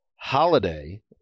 holiday